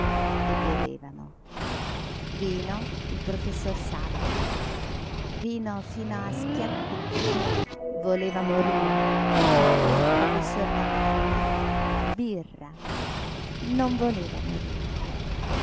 e bevevano vino il professor sabato vino fino a schiattarne voleva morire il professor lamella birra non voleva morire